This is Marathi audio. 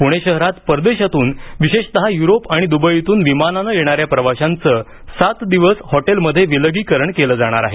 पुणे शहरात परदेशातून विशेषतः युरोप आणि दुबईतून विमानानं येणाऱ्या प्रवाशांच सात दिवस हॉटेलमध्ये विलगीकरण केलं जाणार आहे